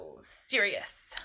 serious